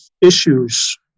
issues